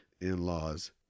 in-laws